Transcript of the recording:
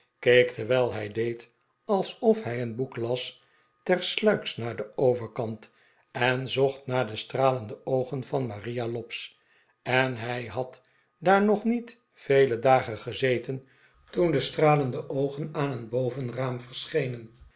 keek terwijl hij deed alsof hij een boek las tersluiks naar den overkant en zocht naar de stralende oogen van maria lobbs en hij had daar nog niet vele dagen gezeten toen de stralende oogen aan een bovenraam